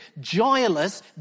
joyless